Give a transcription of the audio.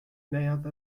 neuadd